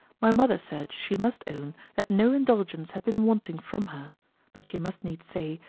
my mother said, she must own, that no indulgence had been wanting from her but she must needs say,